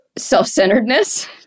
self-centeredness